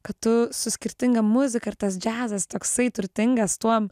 kad tu su skirtinga muzika ir tas džiazas toksai turtingas tuom